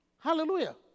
Hallelujah